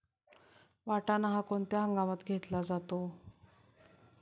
वाटाणा हा कोणत्या हंगामात घेतला जातो?